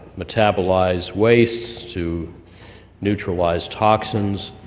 metabolize wastes, to neutralize toxins,